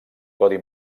codi